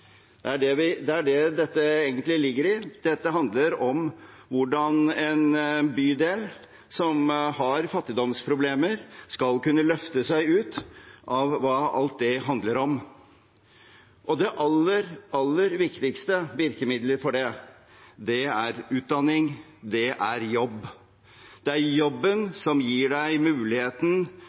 sett om hvordan vi bekjemper fattigdom, det er der dette egentlig ligger. Det handler om hvordan en bydel som har fattigdomsproblemer, skal kunne løfte seg ut av alt hva det handler om. De aller, aller viktigste virkemidler for det er utdanning, og det er jobb. Det er jobben som gir deg muligheten